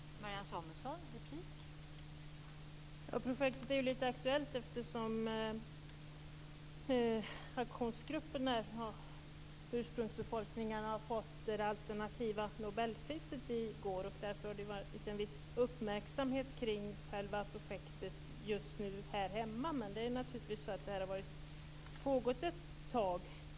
Fru talman! Projektet är ju lite aktuellt eftersom aktionsgruppen i ursprungsbefolkningen fick det alternativa nobelpriset i går, och därför har det ju varit en viss uppmärksamhet kring själva projektet just nu här hemma. Men det är naturligtvis så att det här har pågått ett tag.